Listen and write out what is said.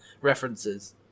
references